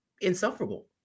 insufferable